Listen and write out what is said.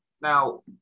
now